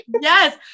Yes